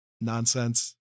nonsense